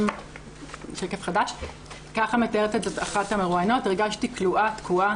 כך מתארת אחת המרואיינות: "הרגשתי כלואה, תקועה.